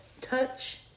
touch